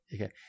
Okay